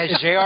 Jr